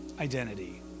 identity